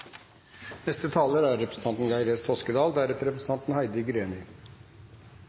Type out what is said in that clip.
Neste taler er representanten